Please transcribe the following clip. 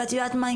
ואת יודעת מה,